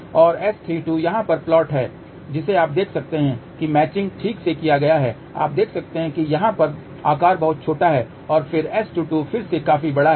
और S32 यहाँ पर प्लाट है जिसे आप देख सकते हैं कि मैचिंग ठीक से किया गया है आप देख सकते हैं कि यहाँ पर आकार बहुत छोटा है और फिर S22 फिर से काफी बड़ा है